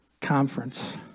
conference